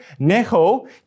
Neho